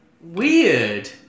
weird